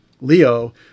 Leo